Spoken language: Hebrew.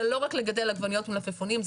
זה לא רק לגדל עגבניות ומלפפונים,